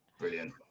brilliant